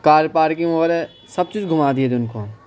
کار parking وغیرہ سب چیز گھما دیئے تھے ان کو